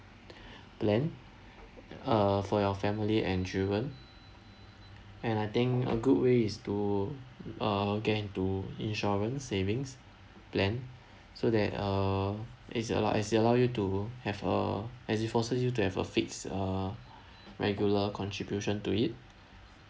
plan uh for your family and children and I think a good way is to uh get into insurance savings plan so that uh is allo~ as it allows you to have a as it forces you to have a fix uh regular contribution to it